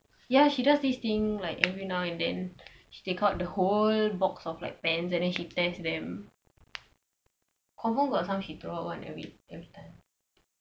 ya she does this thing like every night and then she take out the whole box of like pens and then she test them confirm got some she throw out [one] every time